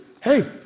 hey